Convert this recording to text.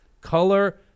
color